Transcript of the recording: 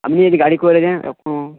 আপনি যদি গাড়ি করে দেন